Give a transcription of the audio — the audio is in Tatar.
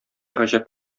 гаҗәп